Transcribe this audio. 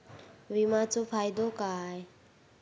विमाचो फायदो काय?